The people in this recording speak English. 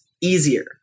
easier